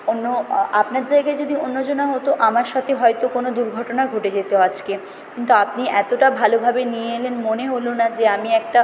অন্য আপনার জায়গায় যদি অন্যজন হতো আমার সাথে হয়তো কোনো দুর্ঘটনা ঘটে যেত আজকে কিন্তু আপনি এতটা ভালোভাবে নিয়ে এলেন মনে হলো না যে আমি একটা